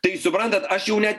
tai suprantat aš jau net